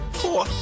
four